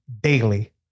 daily